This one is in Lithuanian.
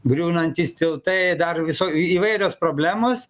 griūnantys tiltai dar visokių įvairios problemos